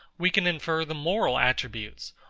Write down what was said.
we can infer the moral attributes,